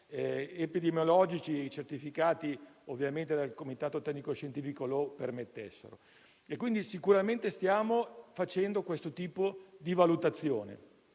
epidemiologici, certificati ovviamente dal comitato tecnico-scientifico, lo permettessero. Stiamo quindi facendo questo tipo di valutazione,